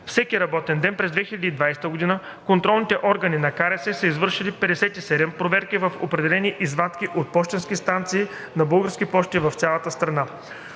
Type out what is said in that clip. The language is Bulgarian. всеки работен ден, през 2020 г. контролните органи на КРС са извършили 57 проверки в определена извадка от пощенски станции на „Български пощи“ в цялата страна.